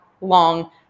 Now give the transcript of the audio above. long